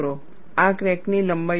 આ ક્રેકની લંબાઈ આપે છે